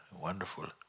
Wonderful